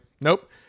Nope